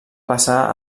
passar